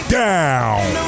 down